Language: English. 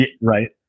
right